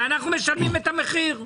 ואנחנו משלמים את המחיר.